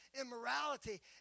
immorality